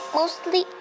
mostly